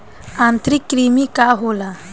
आंतरिक कृमि का होला?